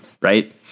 right